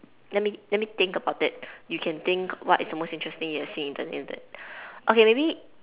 let me let me think about it you can think what is the most interesting thing you have seen on the Internet okay maybe